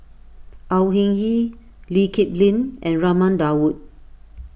Au Hing Yee Lee Kip Lin and Raman Daud